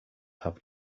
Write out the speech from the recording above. have